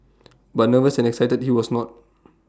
but nervous and excited he was not